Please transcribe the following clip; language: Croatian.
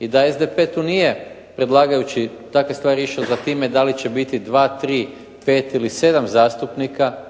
I da SDP tu nije, predlagajući takve stvari, išao za time da li će biti 2, 3, 5 ili 7 zastupnika